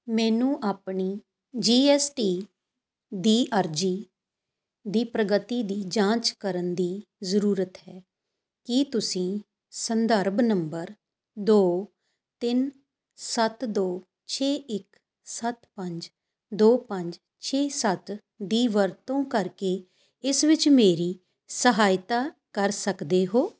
ਮੈਨੂੰ ਆਪਣੀ G S T ਦੀ ਅਰਜ਼ੀ ਦੀ ਪ੍ਰਗਤੀ ਦੀ ਜਾਂਚ ਕਰਨ ਦੀ ਜ਼ਰੂਰਤ ਹੈ ਕੀ ਤੁਸੀਂ ਸੰਦਰਭ ਨੰਬਰ ਦੋ ਤਿੰਨ ਸੱਤ ਦੋ ਛੇ ਇੱਕ ਸੱਤ ਪੰਜ ਦੋ ਪੰਜ ਛੇ ਸੱਤ ਦੀ ਵਰਤੋਂ ਕਰਕੇ ਇਸ ਵਿੱਚ ਮੇਰੀ ਸਹਾਇਤਾ ਕਰ ਸਕਦੇ ਹੋ